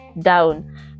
down